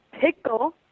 Pickle